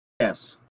Yes